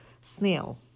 Snail